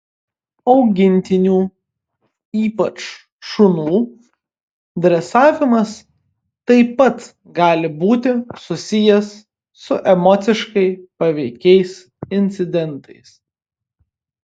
augintinių ypač šunų dresavimas taip pat gali būti susijęs su emociškai paveikiais incidentais